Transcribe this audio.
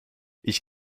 ich